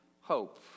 hope